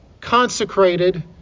consecrated